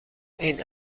این